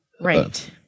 right